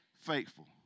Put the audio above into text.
faithful